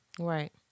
Right